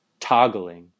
toggling